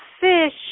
fish